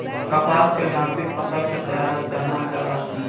कपास के नगदी फसल के तरह जानल जाला